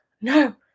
no